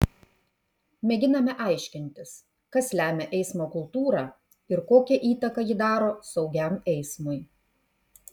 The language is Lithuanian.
mėginame aiškintis kas lemia eismo kultūrą ir kokią įtaką ji daro saugiam eismui